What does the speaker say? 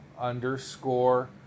underscore